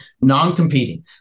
non-competing